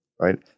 right